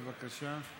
בבקשה.